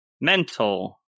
mental